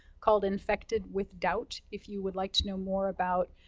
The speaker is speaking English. called infected with doubt, if you would like to know more about